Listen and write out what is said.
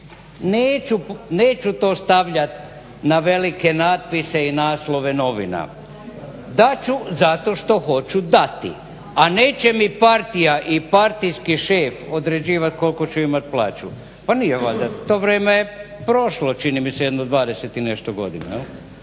Neću to stavljat na velike natpise i naslove novina. Dat ću zato što hoću dati, a neće mi partija i partijski šef određivat kolko ću imat plaću. Pa nije valjda, to vrijeme je prošlo čini mi se jedno 20 i nešto godina.